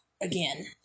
again